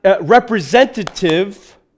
representative